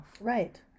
Right